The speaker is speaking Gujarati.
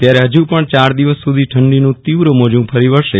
ત્યારે હજુ પણ ચાર દિવસ સુધી ઠંડીન તીવ્ર મોજૂં ફરી વળશ